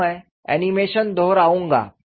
तो मैं एनीमेशन दोहराऊंगा